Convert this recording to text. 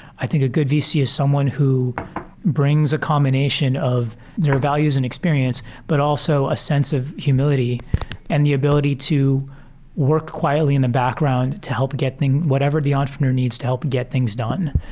i think a good vc is someone who brings a combination of their values and experience, but also a sense of humility and the ability to work quietly in the background to help get whatever the entrepreneur needs to help get things done.